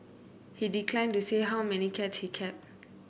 he declined to say how many cats he kept